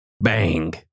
Bang